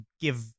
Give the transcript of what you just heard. give